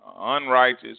unrighteous